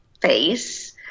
face